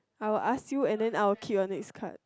I will ask you and then I will keep your next card